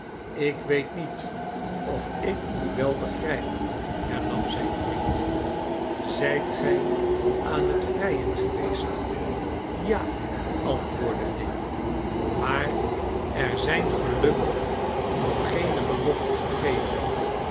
ik weet niet of ik u wel begrijp hernam zijn vriend zijt gij aan het vrijen geweest ja antwoordde dick maar er zijn gelukkig nog geene beloften gegeven